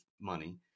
money